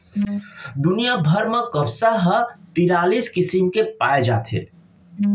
दुनिया भर म कपसा ह तिरालिस किसम के पाए जाथे